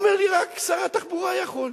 הוא אומר לי: רק שר התחבורה יכול.